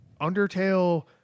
Undertale